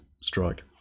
strike